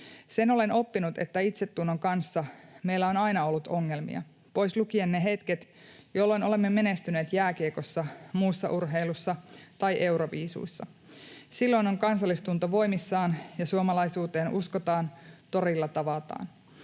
Sen olen oppinut, että itsetunnon kanssa meillä on aina ollut ongelmia pois lukien ne hetket, jolloin olemme menestyneet jääkiekossa, muussa urheilussa tai Euroviisuissa. Silloin on kansallistunto voimissaan ja suomalaisuuteen uskotaan, torilla tavataan.